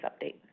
update